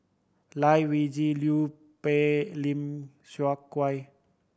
Lai Weijie Liu Peihe Lim Seok